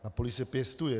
Na poli se pěstuje.